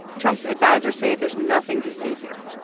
trump's advisers say there's nothing to see here.